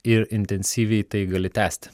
ir intensyviai tai gali tęsti